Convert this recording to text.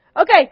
Okay